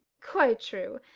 quite true,